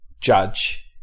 judge